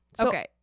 Okay